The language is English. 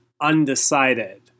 undecided